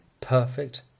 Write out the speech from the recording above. perfect